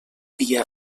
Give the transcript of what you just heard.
via